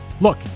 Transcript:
Look